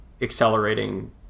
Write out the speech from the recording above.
accelerating